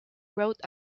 wrote